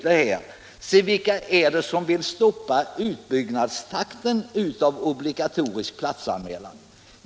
Men vilka är det som vill stoppa utbyggnaden av obligatorisk platsanmälan?